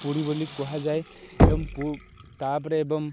ପୁରୀ ବୋଲି କୁହାଯାଏ ଏବଂ ତା'ପରେ ଏବଂ